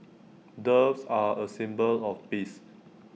doves are A symbol of peace